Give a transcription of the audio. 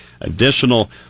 Additional